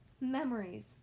Memories